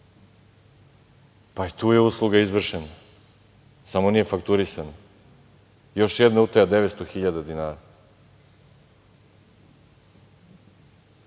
Pa, i tu je usluga izvršena, samo nije fakturisana. Još jedna utaja 900.000 dinara. Ne